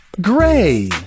Gray